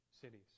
cities